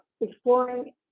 exploring